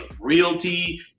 realty